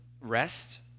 rest